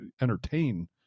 entertain